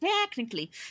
Technically